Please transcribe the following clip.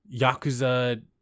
yakuza